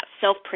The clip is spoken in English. self